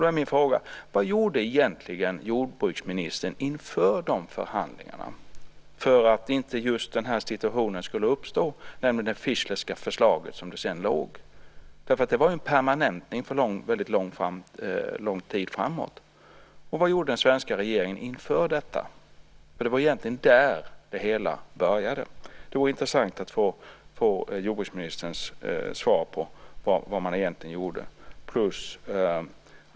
Då är min fråga: Vad gjorde egentligen jordbruksministern inför dessa förhandlingar för att inte just den här situationen skulle uppstå, nämligen med det Fischlerska förslaget som sedan låg framme? Det var ju en permanentning för väldigt lång tid framåt. Vad gjorde den svenska regeringen inför detta? Det var egentligen där det hela började. Det vore intressant att få jordbruksministerns svar på vad man egentligen gjorde.